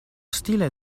stile